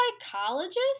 psychologist